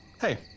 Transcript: Hey